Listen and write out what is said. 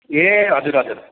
ए हजुर हजुर